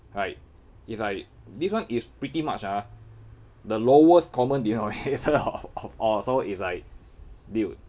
right it's like this one is pretty much ah the lowest common denominator of all so it's like dude